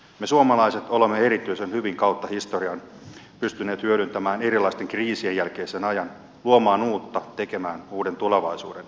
me suomalaiset olemme erityisen hyvin kautta historian pystyneet hyödyntämään erilaisten kriisien jälkeisen ajan luomaan uutta tekemään uuden tulevaisuuden